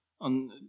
on